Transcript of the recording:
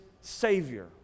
Savior